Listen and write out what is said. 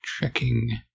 Checking